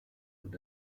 und